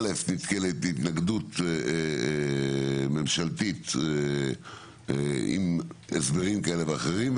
א' נתקלת בהתנגדות ממשלתית עם הסברים כאלה ואחרים,